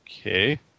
okay